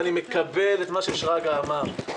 אני מקבל את מה ששרגא ברוש אמר.